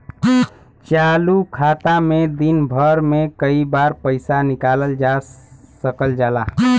चालू खाता में दिन भर में कई बार पइसा निकालल जा सकल जाला